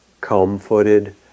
comb-footed